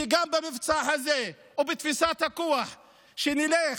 כי גם במבצע הזה ובתפיסת הכוח שנלך,